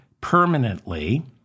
permanently